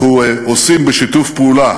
בשיתוף פעולה